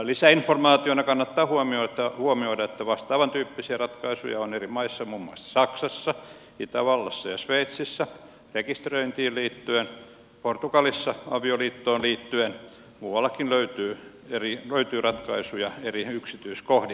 lisäinformaationa kannattaa huomioida että vastaavan tyyppisiä ratkaisuja on eri maissa muun muassa saksassa itävallassa ja sveitsissä rekisteröintiin liittyen portugalissa avioliittoon liittyen ja muuallakin löytyy ratkaisuja eri yksityiskohdin